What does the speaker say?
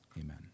amen